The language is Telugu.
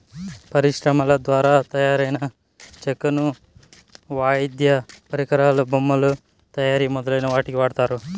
పరిశ్రమల ద్వారా తయారైన చెక్కను వాయిద్య పరికరాలు, బొమ్మల తయారీ మొదలైన వాటికి వాడతారు